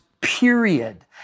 period